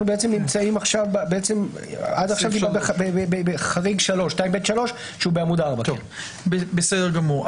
בעצם עד עכשיו בחריג 2ב(3) שהוא בעמוד 4. בסדר גמור.